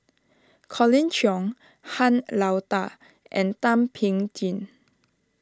Colin Cheong Han Lao Da and Thum Ping Tjin